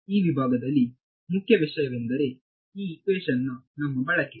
ಈ ವಿಭಾಗದಲ್ಲಿ ಮುಖ್ಯ ವಿಷಯವೆಂದರೆ ಈ ಇಕ್ವೇಶನ್ ನ ನಮ್ಮ ಬಳಕೆ